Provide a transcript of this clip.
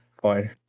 fine